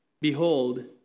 behold